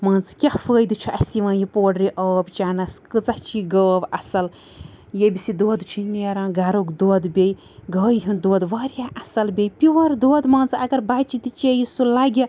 مان ژٕ کیٛاہ فٲیدٕ چھُ اسہِ یِوان یہِ پوڈرِ آب چَیٚنَس کۭژاہ چھِ یہِ گٲو اصٕل ییٚمِس یہِ دۄدھ چھُ نیران گھرُک دۄدھ بیٚیہِ گایہِ ہُنٛد دۄدھ واریاہ اصٕل بیٚیہِ پیٛوَر دۄدھ مان ژٕ اَگر بَچہِ تہِ چیٚیہِ سُہ لَگہِ